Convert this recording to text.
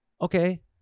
Okay